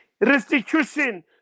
restitution